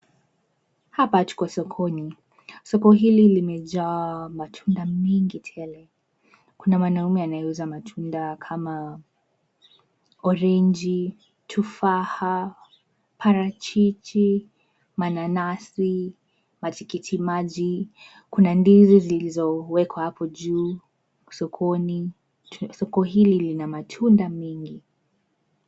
Hapa tuko sokoni. Soko hili limejaa matunda mingi tele. Kuna mwanaume anayeuza matunda kama orenji , tufaha, parachichi, mananasi, matikiti maji, kuna ndizi zilizo wekwa hapo juu. Sokoni, soko hili lina matunda mengi.